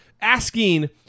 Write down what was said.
Asking